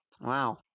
Wow